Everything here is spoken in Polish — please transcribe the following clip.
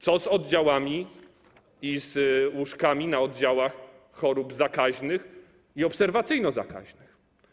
Co z oddziałami i z łóżkami na oddziałach chorób zakaźnych i obserwacyjno-zakaźnych?